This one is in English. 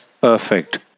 perfect